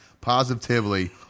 positively